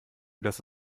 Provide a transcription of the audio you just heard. dass